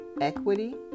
equity